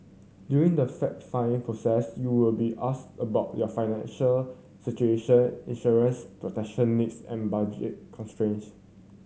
during the fact find process you will be asked about your financial situation insurance protection needs and budget constraints